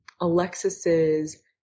Alexis's